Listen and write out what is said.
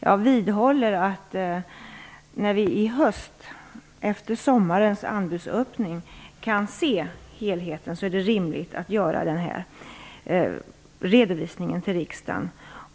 Jag vidhåller att vi i höst, efter sommarens anbudsöppning, kan se helheten och att det då är rimligt att göra denna redovisning för riksdagen.